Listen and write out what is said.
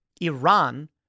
Iran